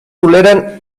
toleren